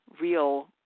real